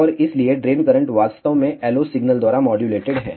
और इसलिए drain current वास्तव में LO सिग्नल द्वारा मॉड्यूललेटेड है